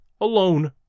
alone